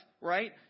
right